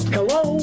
Hello